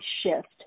shift